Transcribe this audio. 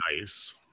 Nice